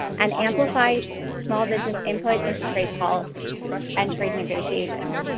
and amplify small business input into trade policy and trade negotiations.